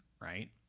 right